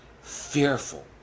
fearful